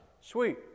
sweet